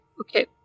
okay